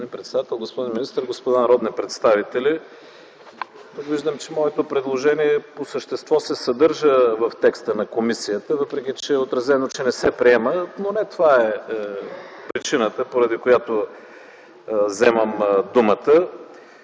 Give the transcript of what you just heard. господин министър, господа народни представители! Тук виждам, че моето предложение по същество се съдържа в текста на комисията, въпреки че е отразено, че не се приема, но не това е причината, поради която вземам думата,